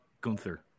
Gunther